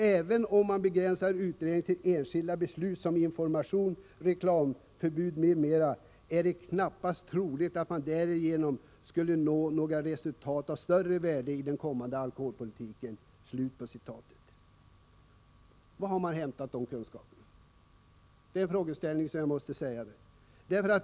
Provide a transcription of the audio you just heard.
Även om man begränsar utvärderingen ——- till enskilda beslut som information, reklamförbud m.m. är det knappast troligt att man därigenom skulle nå några resultat av större värde för den kommande alkoholpolitiken.” Var har man hämtat de kunskaperna? Det är en fråga som jag måste ställa.